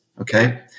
okay